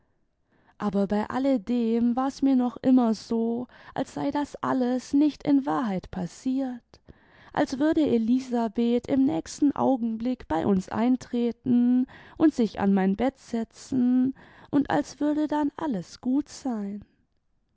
aber bei alledem war's mir noch inmier so als sei das alles nicht in wahrheit passiert als würde elisabeth im nächsten augenblick bei uns eintreten und sich an mein bett setzen imd als würde dann alles gut sein